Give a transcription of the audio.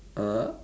ah